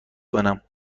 کنم